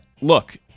look